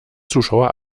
zuschauer